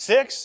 Six